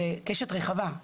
זו קשת רחבה,